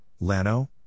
lano